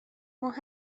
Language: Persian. ماه